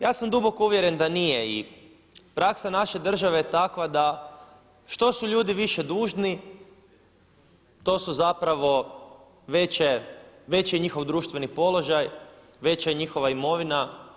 Ja sam duboko uvjeren da nije i praksa naše države je takva da što su ljudi više dužni to su zapravo veće, veći je njihov društveni položaj, veća je njihova imovine.